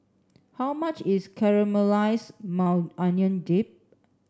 how much is Caramelized Maui Onion Dip